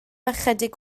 ychydig